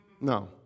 No